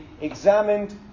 examined